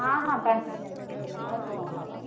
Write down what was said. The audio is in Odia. ହଁ ହଁ ପାଞ୍ଚ ପାଞ୍ଚ କେଜି ନେଖା ହେବ